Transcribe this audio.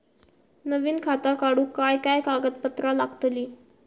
नवीन खाता काढूक काय काय कागदपत्रा लागतली?